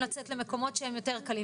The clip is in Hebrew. מגיע לסעיף ואתה אומר לו: